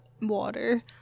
water